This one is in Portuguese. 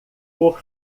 por